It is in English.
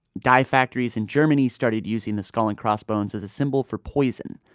dye factories in germany started using the skull and crossbones as a symbol for poison.